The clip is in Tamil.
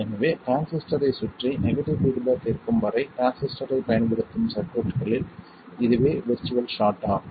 எனவே டிரான்சிஸ்டரைச் சுற்றி நெகடிவ் பீட்பேக் இருக்கும் வரை டிரான்சிஸ்டரைப் பயன்படுத்தும் சர்க்யூட்களில் இதுவே விர்ச்சுவல் ஷார்ட் ஆகும்